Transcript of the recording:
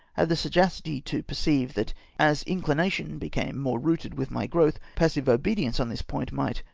had the sagacity to per ceive, that as inchnation became more rooted with my growth, passive obedience on this point might